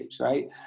right